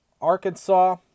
Arkansas